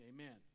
Amen